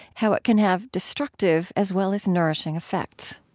how it can have destructive, as well as nourishing, effects